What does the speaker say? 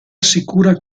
assicura